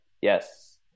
Yes